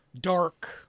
dark